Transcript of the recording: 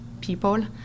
people